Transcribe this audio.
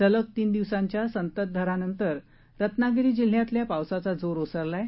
सलग तीन दिवसांच्या संततधार यानंतर रत्नागिरी जिल्ह्यातल्या पावसाचा जोर ओसरला आहे